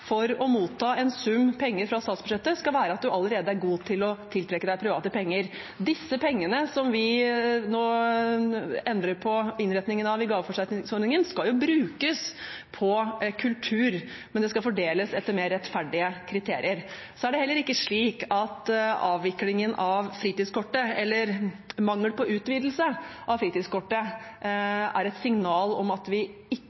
for å motta en sum penger fra statsbudsjettet skal være at man allerede er god til å tiltrekke seg private penger. Disse pengene, som vi nå endrer på innretningen av i gaveforsterkningsordningen, skal brukes på kultur, men de skal fordeles etter mer rettferdige kriterier. Det er heller ikke slik at avviklingen av fritidskortet – eller mangel på utvidelse av fritidskortet – er et signal om at vi